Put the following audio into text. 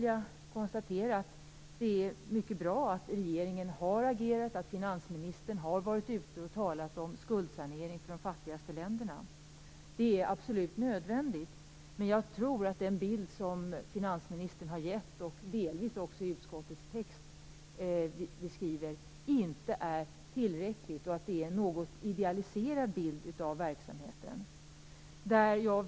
Jag konstaterar att det är mycket bra att regeringen har agerat och att finansministern har varit ute och talat om skuldsanering för de fattigaste länderna. Det är absolut nödvändigt. Men jag tror att den bild som finansministern har gett och som delvis också finns i utskottets text inte är tillräcklig. Det är en något idealiserad bild av verksamheten.